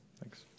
thanks